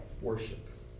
worship